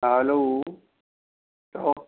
हलो चओ